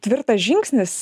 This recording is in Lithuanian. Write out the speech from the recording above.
tvirtas žingsnis